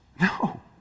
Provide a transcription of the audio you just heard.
no